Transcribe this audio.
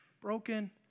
broken